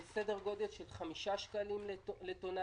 בסדר גודל של 5 שקלים לטון,